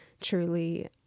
truly